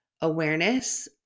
awareness